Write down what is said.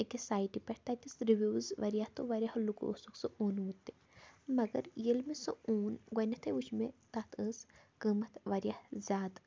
أکِس سایٹہِ پٮ۪ٹھ تَتٮ۪س رِوِوٕز واریاہ تہٕ واریاہ لُکو اوسُکھ سُہ اوٚنمُت تہِ مگر ییٚلہِ مےٚ سُہ اوٚن گۄڈنٮ۪تھٕے وٕچھ مےٚ تَتھ ٲس قۭمَتھ واریاہ زیادٕ